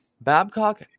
Babcock